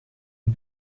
het